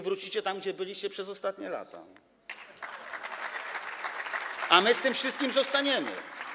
Wrócicie tam, gdzie byliście przez ostatnie lata, a my z tym wszystkim zostaniemy.